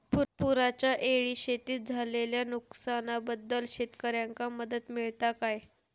पुराच्यायेळी शेतीत झालेल्या नुकसनाबद्दल शेतकऱ्यांका मदत मिळता काय?